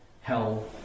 hell